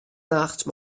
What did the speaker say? nacht